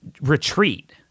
retreat